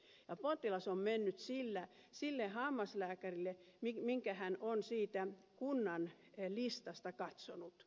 potilas on mennyt sillä sille hammaslääkärille jonka hän on siitä kunnan listasta katsonut